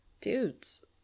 dudes